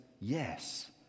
yes